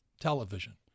television